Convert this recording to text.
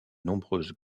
nombreuses